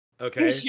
Okay